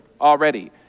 already